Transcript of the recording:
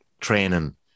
training